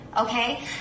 okay